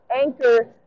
Anchor